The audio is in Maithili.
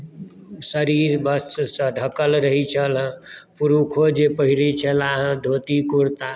शरीर वस्त्रसँ ढकल रहैत छल हेँ पुरुषो जे पहिरैत छलाह हेँ धोती कुर्ता